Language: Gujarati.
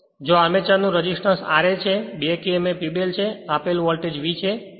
જો આર્મેચરનો રેસિસ્ટન્સ r a છે બેક emf Eb છે આપેલ વોલ્ટેજ V છે